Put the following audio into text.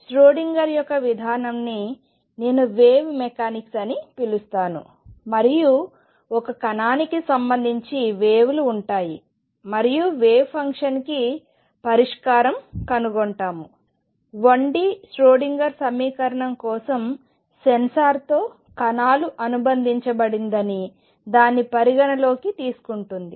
Schrodinger యొక్క విధానాన్ని నేను వేవ్ మెకానిక్స్ అని పిలుస్తాను మరియు ఒక కణానికి సంబంధించి వేవ్ లు ఉంటాయి మరియు వేవ్ ఫంక్షన్ కి పరిష్కారం కనుగొంటాము 1D ష్రోడింగర్ సమీకరణం కోసం సెన్సార్తో కణాలు అనుబంధించబడిందని దాని పరిగణలోకి తీసుకుంటుంది